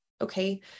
okay